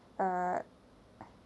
err